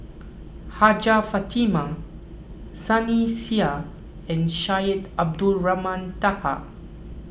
Hajjah Fatimah Sunny Sia and Syed Abdulrahman Taha